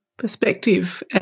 perspective